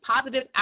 positive